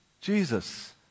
Jesus